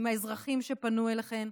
עם האזרחים שפנו אליכן.